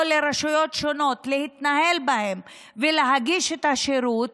לרשויות שונות שיכולות להתנהל בהם ולהגיש את השירות,